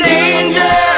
Danger